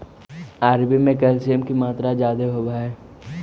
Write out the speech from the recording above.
अरबी में कैल्शियम की मात्रा ज्यादा होवअ हई